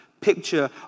picture